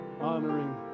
honoring